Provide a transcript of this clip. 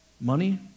Money